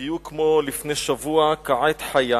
בדיוק כמו לפני שבוע, כעת חיה.